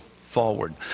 forward